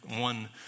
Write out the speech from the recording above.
one